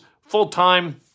full-time